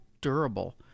durable